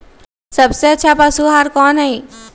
सबसे अच्छा पशु आहार कोन हई?